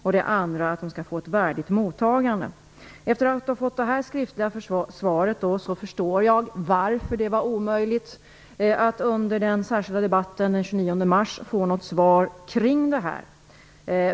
Det andra avser att de skall få ett värdigt mottagande. Efter att ha fått det här frågesvaret förstår jag varför det var omöjligt att under den särskilda debatten den 29 mars få något svar på detta.